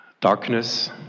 darkness